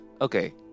Okay